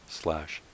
slash